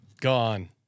gone